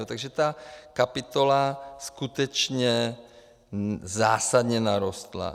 Takže ta kapitola skutečně zásadně narostla.